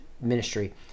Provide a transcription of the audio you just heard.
ministry